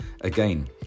Again